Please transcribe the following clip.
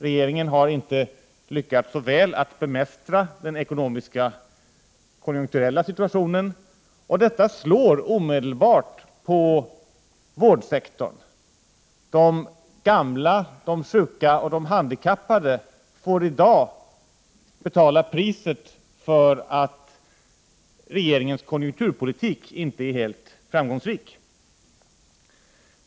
Regeringen har inte lyckats så väl att bemästra den ekonomiska konjunkturella situationen, och detta slår omedelbart på vårdsektorn. De gamla, de sjuka och de handikappade får i dag betala priset för att regeringens konjunkturpolitik inte är helt framgångsrik.